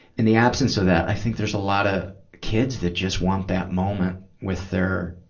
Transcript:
in the absence of that, i think there's a lot of kids that just want that moment with their.